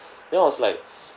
then I was like